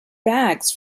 bags